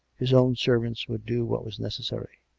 his own servants would do what was necessary.